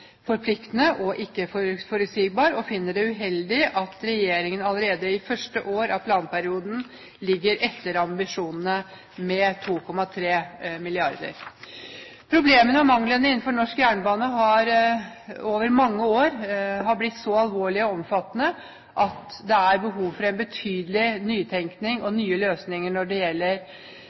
forpliktende og forutsigbar, og finner det uheldig at regjeringen allerede i første år av planperioden ligger etter ambisjonene med 2,3 mrd. kr. Problemene og manglene innenfor norsk jernbane har over mange år blitt så alvorlige og omfattende at det er behov for en betydelig nytenkning og nye løsninger når det gjelder